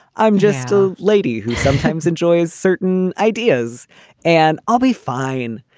i'm just a lady who sometimes enjoys certain ideas and i'll be fine.